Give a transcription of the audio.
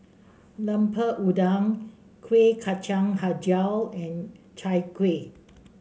Lemper Udang Kuih Kacang hijau and Chai Kueh